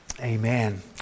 Amen